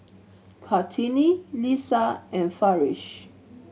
Kartini Lisa and Farish